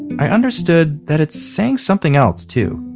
i understood that it's saying something else too.